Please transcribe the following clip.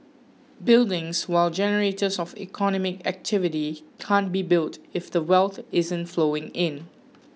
buildings while generators of economic activity can't be built if the wealth isn't flowing in